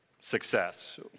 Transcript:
success